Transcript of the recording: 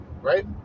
Right